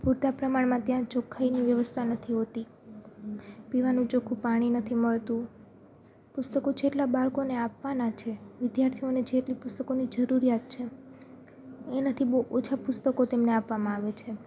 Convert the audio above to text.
પૂરતા પ્રમાણમાં ત્યાં ચોખ્ખાઈની વ્યવસ્થા નથી હોતી પીવાનું ચોખ્ખું પાણી નથી મળતું પુસ્તકો જેટલા બાળકોને આપવાના છે વિદ્યાર્થીઓને જેટલી પુસ્તકોની જરૂરિયાત છે એનાથી બહુ ઓછા પુસ્તકો તેમને આપવામાં આવે છે